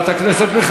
הכנסת דניאל